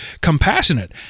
compassionate